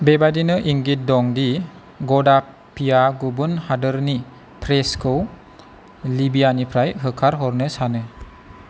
बेबादिनो इंगित दं दि गदाफिआ गुबुन हादोरनि प्रेसखौ लिबियानिफ्राय होखार हरनो सानो